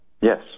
yes